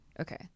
okay